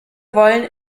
wollen